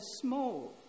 small